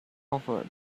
over